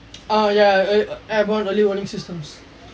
oh ya airborne early warning systems